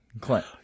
Clint